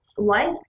life